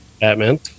Batman